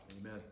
Amen